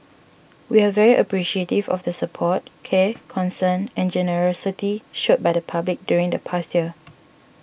we are very appreciative of the support care concern and generosity shown by the public during the past year